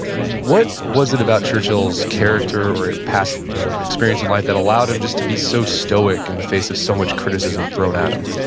what was it about churchill's character or past experience in life that allowed him just to be so stoic in the face of so much criticism thrown at him?